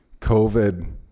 COVID